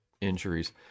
injuries